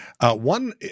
One